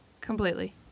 Completely